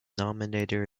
denominator